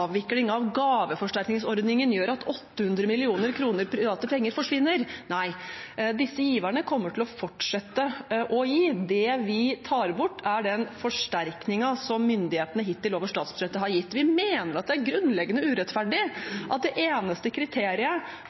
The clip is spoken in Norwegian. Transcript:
avvikling av gaveforsterkningsordningen gjør at 800 mill. private kroner forsvinner. Nei, disse giverne kommer til å fortsette å gi. Det vi tar bort, er den forsterkningen som myndighetene hittil har gitt over statsbudsjettet. Vi mener at det er grunnleggende urettferdig at det eneste kriteriet